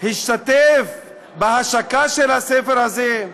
השתתף בהשקה של הספר הזה,